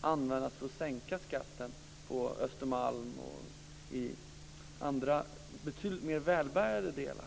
användas för att sänka skatten på Östermalm och i andra, betydligt mer välbärgade delar.